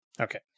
okay